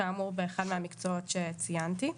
כאמור, באחד מהמקצועות שציינתי.